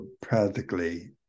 practically